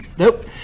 Nope